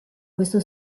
questo